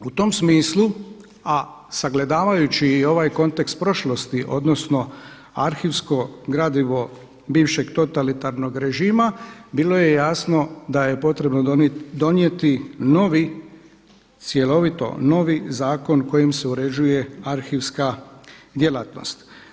U tom smislu a sagledavajući i ovaj kontekst prošlosti odnosno arhivsko gradivo bivšeg totalitarnog režima bilo je jasno da je potrebno donijeti novi, cjelovito novi zakon kojim se uređuje arhivska djelatnost.